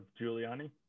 Giuliani